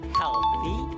healthy